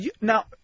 now